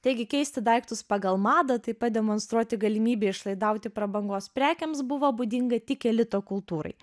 taigi keisti daiktus pagal madą taip pat demonstruoti galimybę išlaidauti prabangos prekėms buvo būdinga tik elito kultūrai